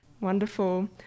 Wonderful